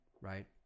Right